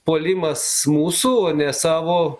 puolimas mūsų o ne savo